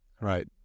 right